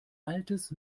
altes